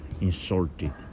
insulted